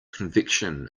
convection